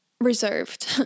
reserved